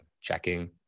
checking